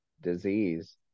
disease